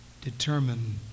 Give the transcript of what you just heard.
determine